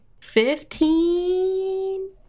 fifteen